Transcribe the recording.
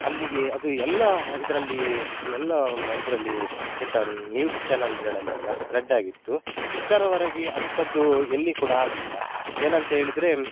ಅಲ್ಲಿಗೆ ಅದು ಎಲ್ಲ ಇದರಲ್ಲಿ ಎಲ್ಲ ಇದರಲ್ಲಿ ಎಂತ ನ್ಯೂಸ್ ಚಾನಲ್ಗಳಲ್ಲೆಲ್ಲ ಸ್ಪ್ರೆಡ್ಡಾಗಿತ್ತು ಇಷ್ಟರವರೆಗೆ ಅಂಥದ್ದು ಎಲ್ಲಿ ಕೂಡ ಆಗಲಿಲ್ಲ ಏನಂತ ಹೇಳಿದರೆ